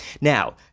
Now